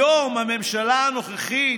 היום הממשלה הנוכחית